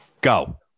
Go